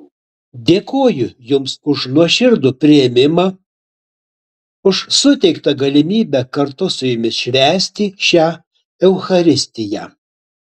dėkoju jums už nuoširdų priėmimą už suteiktą galimybę kartu su jumis švęsti šią eucharistiją